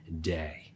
day